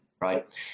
right